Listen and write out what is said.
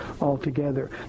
altogether